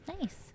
Nice